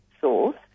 source